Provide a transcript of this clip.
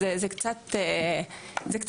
אז זה קצת קשה.